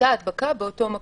הייתה הדבקה באותו מקום.